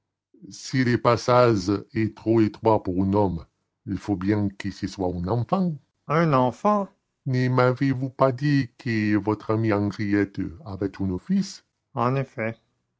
si le passage est trop étroit pour un homme il faut bien que ce soit un enfant un enfant ne m'avez-vous pas dit que votre amie henriette avait un fils en effet